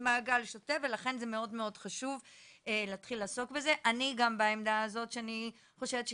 אני התחלתי לעסוק גם בנושא